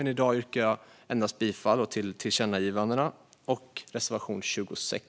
Men för att spara tid vid voteringen yrkar jag i dag bifall endast till tillkännagivandena och reservation 26.